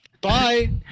Bye